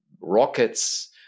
rockets